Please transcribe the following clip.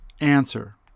answer